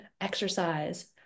exercise